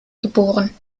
geboren